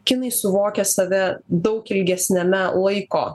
kinai suvokia save daug ilgesniame laiko